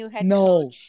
no